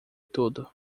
tudo